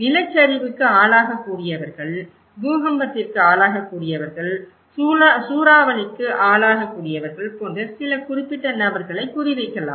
நிலச்சரிவுக்கு ஆளாகக்கூடியவர்கள் பூகம்பத்திற்கு ஆளாகக்கூடியவர்கள் சூறாவளிக்கு ஆளாகக்கூடியவர்கள் போன்ற சில குறிப்பிட்ட நபர்களை குறிவைக்கலாம்